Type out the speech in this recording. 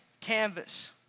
canvas